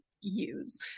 use